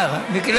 אה, מיקי לוי.